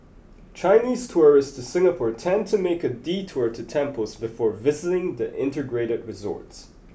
Chinese tourists to Singapore tend to make a detour to temples before visiting the integrated resorts